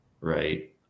right